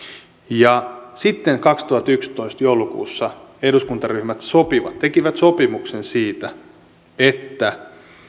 sitten kaksituhattayksitoista joulukuussa eduskuntaryhmät sopivat tekivät sopimuksen siitä että